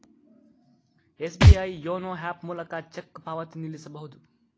SBI YONO app ಮೂಲಕ cheque ಪಾವತಿ ನಿಲ್ಲಿಸಬಹುದು